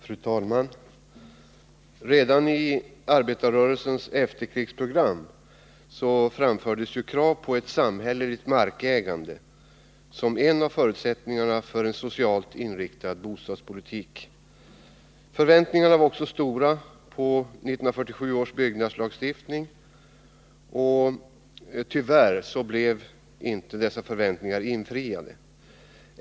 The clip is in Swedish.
Fru talman! Redan i arbetarrörelsens efterkrigsprogram framfördes krav på ett samhälleligt markägande som en av förutsättningarna för en socialt inriktad bostadspolitik. Förväntningarna på 1947 års byggnadslagstiftning var i detta avseende stora, men tyvärr blev de inte infriade.